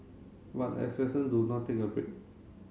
but the expression do not take a break